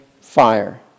fire